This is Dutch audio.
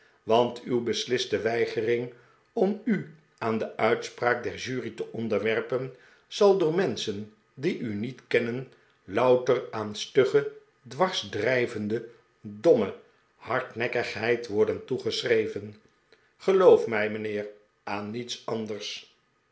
want uw besliste weigering om u aan de uitspraak der jury te onderwerpen zal door menschen die u niet kennen louter aan stugge dwarsdrijvende domme hardnekkigheid worden toegeschreven geloof mij mij nheer aan niets anders